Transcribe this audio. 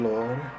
Lord